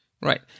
Right